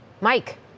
Mike